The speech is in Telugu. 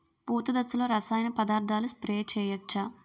పూత దశలో రసాయన పదార్థాలు స్ప్రే చేయచ్చ?